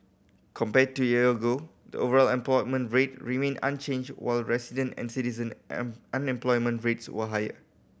compared to a year ago the overall unemployment rate remained unchanged while resident and citizen am unemployment rates were higher